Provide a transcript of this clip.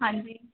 ਹਾਂਜੀ